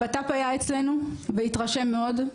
הבט"פ היה אצלנו והתרשם מאוד,